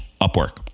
Upwork